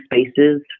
spaces